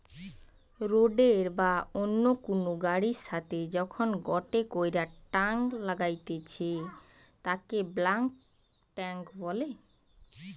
রোডের বা অন্য কুনু গাড়ির সাথে যখন গটে কইরা টাং লাগাইতেছে তাকে বাল্ক টেংক বলে